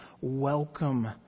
welcome